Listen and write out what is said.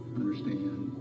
understand